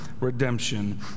redemption